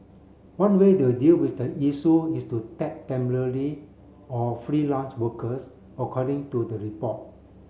one way to deal with the issue is to tap temporary or freelance workers according to the report